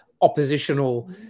oppositional